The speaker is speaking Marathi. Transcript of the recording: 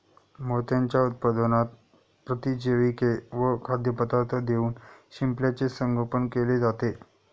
मोत्यांच्या उत्पादनात प्रतिजैविके व खाद्यपदार्थ देऊन शिंपल्याचे संगोपन केले जाते